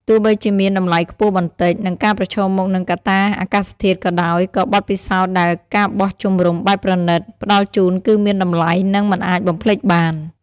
ទោះបីជាមានតម្លៃខ្ពស់បន្តិច និងការប្រឈមមុខនឹងកត្តាអាកាសធាតុក៏ដោយ ក៏បទពិសោធន៍ដែល ការបោះជំរំបែបប្រណីត ផ្តល់ជូនគឺមានតម្លៃ និងមិនអាចបំភ្លេចបាន។